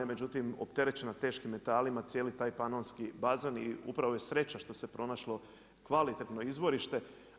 Međutim, opterećena teškim metalima, cijeli taj panonski bazen i upravo je sreća što se pronašlo kvalitetno izvorište.